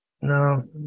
no